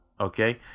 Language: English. Okay